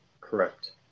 Correct